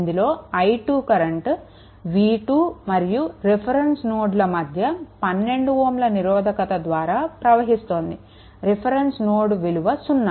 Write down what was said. ఇందులో i2 current v2 మరియు reference node మధ్య 12 Ωల నిరోధకత ద్వారా ప్రవహిస్తోంది రిఫరెన్స్ నోడ్ విలువ సున్నా